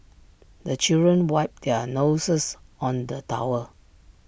the children wipe their noses on the towel